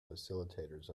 facilitators